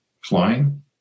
flying